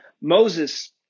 Moses